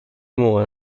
موقع